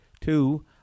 two